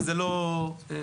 וזה לא מתקדם.